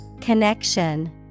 Connection